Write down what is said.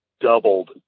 doubled